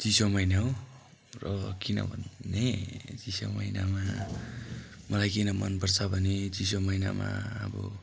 चिसो महिना हो र किनभने चिसो महिनामा मलाई किन मन पर्छ भने चिसो महिनामा अब